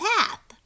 path